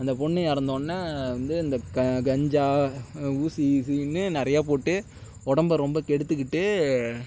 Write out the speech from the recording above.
அந்த பொண்ணு இறந்தோன்ன வந்து இந்த கஞ்சா ஊசி கீசின்னு நிறையா போட்டு உடம்ப ரொம்ப கெடுத்துகிட்டு